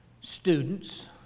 students